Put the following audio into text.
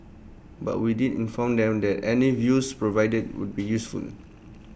but we did inform them that any views provided would be useful